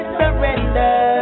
surrender